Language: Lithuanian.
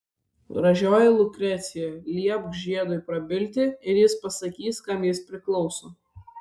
gražioji lukrecija liepk žiedui prabilti ir jis pasakys kam jis priklauso